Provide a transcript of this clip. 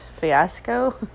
fiasco